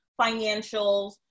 financials